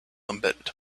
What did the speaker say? embedded